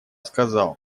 сказал